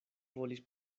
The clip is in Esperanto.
volis